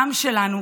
העם שלנו